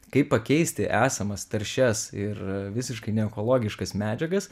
kaip pakeisti esamas taršias ir visiškai neekologiškas medžiagas